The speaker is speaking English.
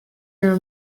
your